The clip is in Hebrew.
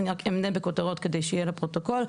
אני רק אמנה בכותרות כדי שיהיה לפרוטוקול.